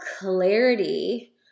clarity